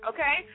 Okay